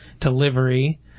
delivery